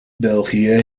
belgië